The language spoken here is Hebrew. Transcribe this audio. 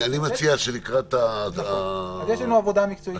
אני מציע שלקראת הקריאה השנייה והקריאה